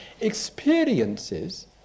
experiences